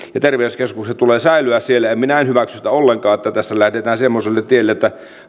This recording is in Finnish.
ja terveyskeskusten tulee säilyä siellä ja minä en hyväksy sitä ollenkaan että tässä lähdetään semmoiselle tielle että